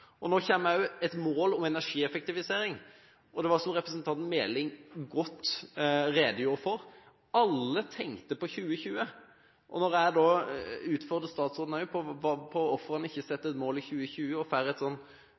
annet. Nå kommer også et mål om energieffektivisering. Og som representanten Meling godt redegjorde for: Alle tenkte på 2020. Og da jeg også utfordret statsråden på hvorfor han ikke satte et